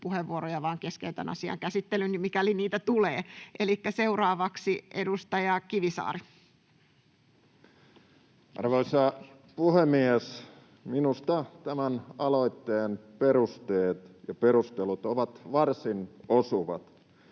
puheenvuoroja vaan keskeytän asian käsittelyn, mikäli niitä tulee. — Seuraavaksi edustaja Kivisaari. Arvoisa puhemies! Minusta tämän aloitteen perusteet ja perustelut ovat varsin osuvat.